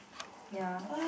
ya